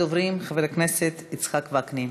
ראשון הדוברים הוא חבר הכנסת יצחק וקנין.